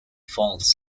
falls